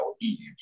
eve